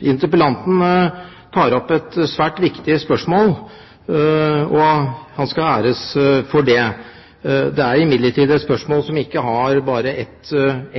Interpellanten tar opp et svært viktig spørsmål, og han skal æres for det. Dette er imidlertid et spørsmål som ikke har bare ett